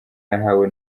yahawe